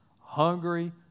hungry